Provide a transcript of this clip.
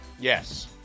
Yes